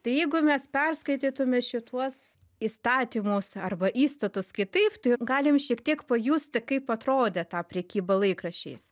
tai jeigu mes perskaitytume šituos įstatymus arba įstatus kitaip tai galim šiek tiek pajusti kaip atrodė ta prekyba laikraščiais